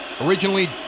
originally